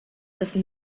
those